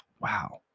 Wow